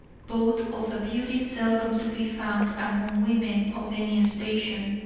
both of a beauty seldom to be found among women of any station,